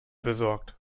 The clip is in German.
besorgt